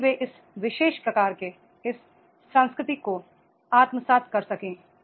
ताकि वे इस विशेष प्रकार के इस संस्कृति को आत्मसात कर सकें